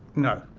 no.